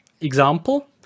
example